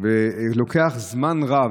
לוקח זמן רב,